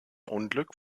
unglück